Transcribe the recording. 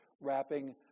wrapping